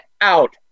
out